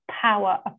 power